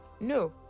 No